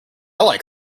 like